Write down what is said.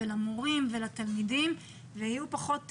למורים ולתלמידים ויהיו פחות בלבולים.